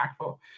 impactful